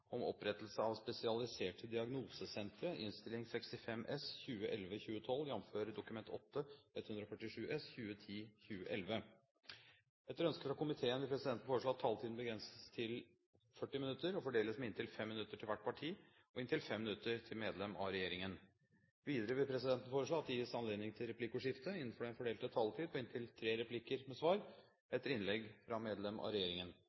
om ordet til sak nr. 1. Etter ønske fra komiteen vil presidenten foreslå at taletiden begrenses til 40 minutter og fordeles med inntil 5 minutter til hvert parti og inntil 5 minutter til medlem av regjeringen. Videre vil presidenten foreslå at det gis anledning til replikkordskifte på inntil tre replikker med svar etter innlegg fra medlem av regjeringen